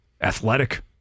athletic